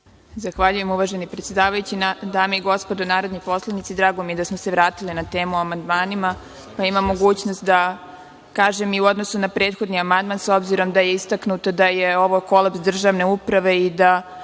Zahvaljujem, uvaženi predsedavajući. Dame i gospodo narodni poslanici, drago mi da smo se vratili na temu o amandmanima. Imam mogućnost da kažem i u odnosu na prethodni amandman, s obzirom da je istaknuto da je ovo kolaps državne uprave i da